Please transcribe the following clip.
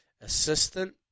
Assistant